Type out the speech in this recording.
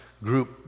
group